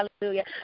Hallelujah